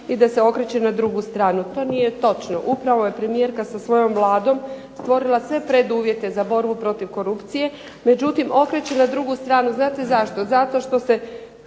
i da se okreće na drugu stranu. To nije točno. Upravo je premijerka sa svojom Vladom stvorila sve preduvjete za borbu protiv korupcije, međutim okreće na drugu stranu znate zašto? Zato što se